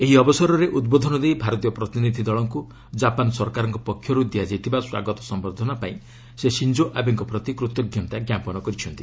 ଏହି ଅବସରରେ ଉଦ୍ବୋଧନ ଦେଇ ଭାରତୀୟ ପ୍ରତିନିଧି ଦଳଙ୍କୁ ଜାପାନ୍ ସରକାରଙ୍କ ପକ୍ଷର୍ ଦିଆଯାଇଥିବା ସ୍ୱାଗତ ସମ୍ଭର୍ଦ୍ଧନା ପାଇଁ ସେ ସିଞ୍ଜୋ ଆବେଙ୍କ ପ୍ରତି କୃତଜ୍ଞତା ଜ୍ଞାପନ କରିଛନ୍ତି